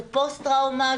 זה פוסט טראומה,